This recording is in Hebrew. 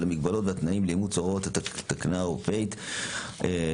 המגבלות והתנאים לאימוץ הוראות התקנה האירופית 2073/2005